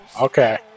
okay